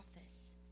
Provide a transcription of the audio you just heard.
office